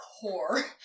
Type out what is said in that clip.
core